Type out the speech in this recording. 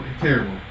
Terrible